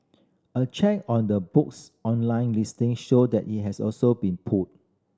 a check on the book's online listing showed that it has also been pulled